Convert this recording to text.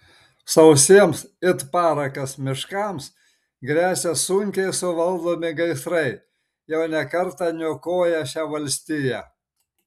sausiems it parakas miškams gresia sunkiai suvaldomi gaisrai jau ne kartą niokoję šią valstiją